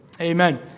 Amen